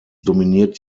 dominiert